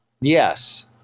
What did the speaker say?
Yes